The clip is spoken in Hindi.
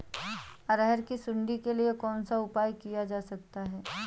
अरहर की सुंडी के लिए कौन सा उपाय किया जा सकता है?